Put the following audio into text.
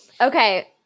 Okay